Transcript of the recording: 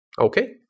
Okay